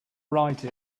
write